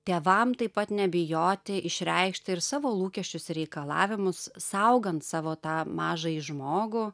tėvam taip pat nebijoti išreikšti ir savo lūkesčius ir reikalavimus saugant savo tą mažąjį žmogų